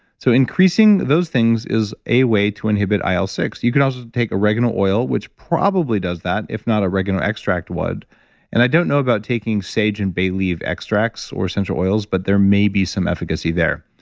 so increasing those things is a way to inhibit il ah six. you can also take a oregano oil, which probably does that, if not oregano extract would and i don't know about taking sage and bay leaf extracts, or essential oils, but there may be some efficacy there.